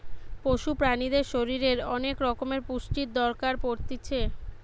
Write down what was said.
পশু প্রাণীদের শরীরের অনেক রকমের পুষ্টির দরকার পড়তিছে